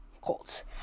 Colts